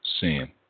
sin